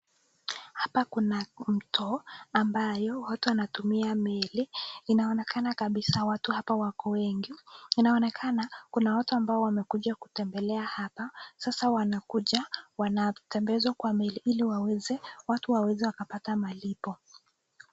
Hapa kuna mto ambayo watu wanatumia meli kabisa watu hapa wako wengi, inaonekana kuna watu wamekuja kutembekea hapa sasa, wanakuja wanatembezwa kwa meli ili waweze watu waweze wakapata malipo.